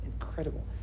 incredible